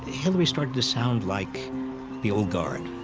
hillary started to sound like the old guard,